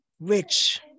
Rich